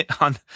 on